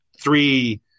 three